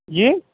جی